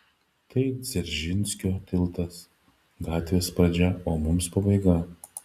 tai dzeržinskio tiltas gatvės pradžia o mums pabaiga